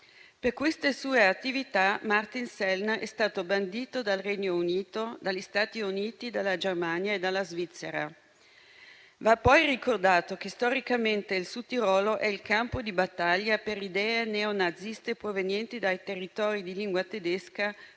Per queste sue attività, Martin Sellner è stato bandito dal Regno Unito, dagli Stati Uniti, dalla Germania e dalla Svizzera. Va poi ricordato che storicamente il Sud Tirolo è il campo di battaglia per idee neonaziste, provenienti dai territori di lingua tedesca,